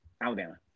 Alabama